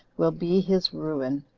will be his ruin.